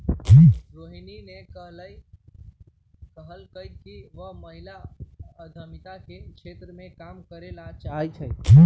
रोहिणी ने कहल कई कि वह महिला उद्यमिता के क्षेत्र में काम करे ला चाहा हई